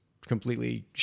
completely